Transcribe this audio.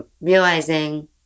realizing